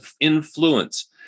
influence